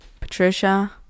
Patricia